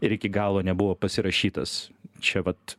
ir iki galo nebuvo pasirašytas čia vat